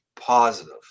Positive